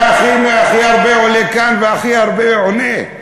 אתה הכי הרבה עולה כאן והכי הרבה עונה.